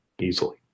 easily